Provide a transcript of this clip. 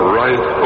right